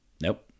nope